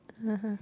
(uh huh)